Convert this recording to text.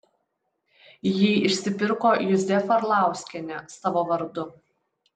jį išsipirko juzefa arlauskienė savo vardu